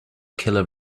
killer